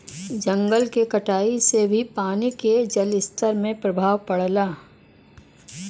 जंगल के कटाई से भी पानी के जलस्तर में प्रभाव पड़ला